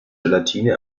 gelatine